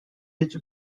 his